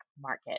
market